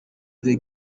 the